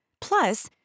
Plus